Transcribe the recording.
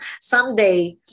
someday